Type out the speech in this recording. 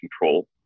control